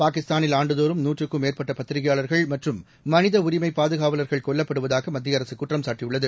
பாகிஸ்தானில் ஆண்டுதோறும் நூற்றுக்கு மேற்பட்ட பத்திரிகையாளர்கள் மற்றும் மனித உரிமை பாதுகாவலர்கள் கொல்லப்படுவதாக மத்திய அரசு குற்றம் சாட்டியுள்ளது